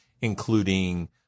including